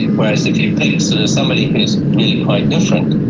whereas if you take sort of somebody who's really quite different,